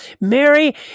Mary